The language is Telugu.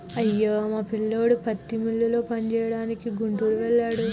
అయ్యో మా పిల్లోడు పత్తి మిల్లులో పనిచేయడానికి గుంటూరు వెళ్ళాడు